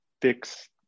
fix